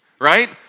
Right